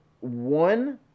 one